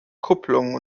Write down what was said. kupplung